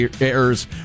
errors